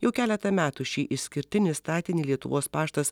jau keletą metų šį išskirtinį statinį lietuvos paštas